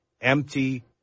empty